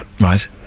Right